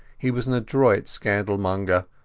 he was an adroit scandal-monger,